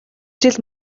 жил